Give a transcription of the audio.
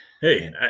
Hey